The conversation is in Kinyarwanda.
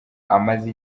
amaze